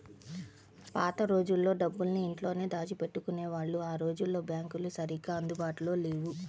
పాత రోజుల్లో డబ్బులన్నీ ఇంట్లోనే దాచిపెట్టుకునేవాళ్ళు ఆ రోజుల్లో బ్యాంకులు సరిగ్గా అందుబాటులో లేవు